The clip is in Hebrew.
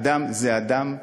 אדם זה אדם,